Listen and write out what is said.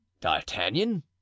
D'Artagnan